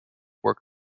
worker